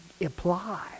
apply